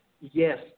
Yes